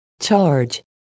charge